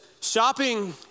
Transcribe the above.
shopping